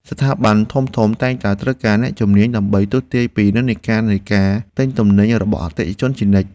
ស្ថាប័នធំៗតែងតែត្រូវការអ្នកជំនាញ ដើម្បីទស្សន៍ទាយពីនិន្នាការនៃការទិញទំនិញរបស់អតិថិជនជានិច្ច។